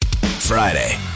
friday